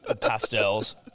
pastels